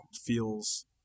feels